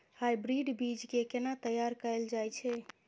Hybrid बीज केँ केना तैयार कैल जाय छै?